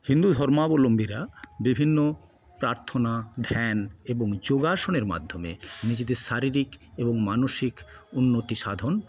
হিন্দু ধর্মাবলম্বীরা বিভিন্ন প্রার্থনা ধ্যান এবং যোগাসনের মাধ্যমে নিজেদের শারীরিক এবং মানসিক উন্নতি সাধন